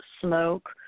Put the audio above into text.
smoke